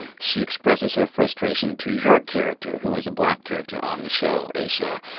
she expresses her frustration to your character, who is a black character on the show, aisha.